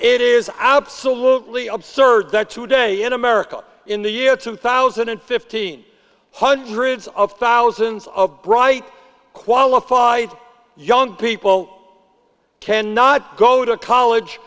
it is absolutely absurd that today in america in the year two thousand and fifteen hundreds of thousands of bright qualified young people cannot go to college